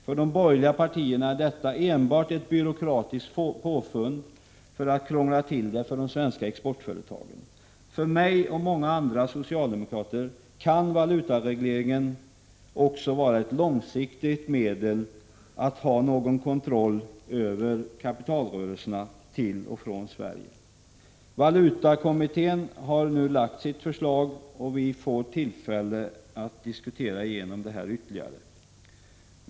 För de borgerliga partierna är den enbart ett byråkratiskt påfund för att krångla till det för de svenska exportföretagen. För mig och för många andra socialdemokrater kan valutaregleringen också vara ett långsiktigt medel att få kontroll över kapitalrörelserna till och från Sverige. Valutakommittén har nu lagt fram sitt förslag, och vi får tillfälle att diskutera igenom det hela ytterligare.